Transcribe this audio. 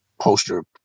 poster